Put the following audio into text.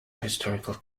historical